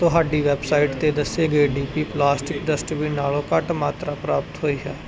ਤੁਹਾਡੀ ਵੈੱਬਸਾਈਟ 'ਤੇ ਦੱਸੇ ਗਏ ਡੀ ਪੀ ਪਲਾਸਟਿਕ ਡਸਟਬਿਨ ਨਾਲੋਂ ਘੱਟ ਮਾਤਰਾ ਪ੍ਰਾਪਤ ਹੋਈ ਹੈ